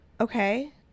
Okay